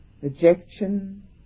rejection